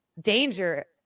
danger